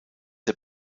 der